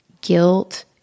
guilt